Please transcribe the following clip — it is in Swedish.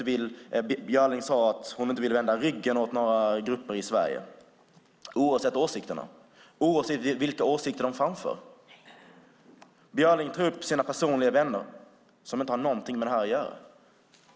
Björling sade att hon inte vill vända ryggen åt några grupper i Sverige, oavsett vilka åsikter de framför. Björling tar upp sina personliga vänner, som inte har någonting med detta att göra.